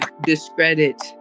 discredit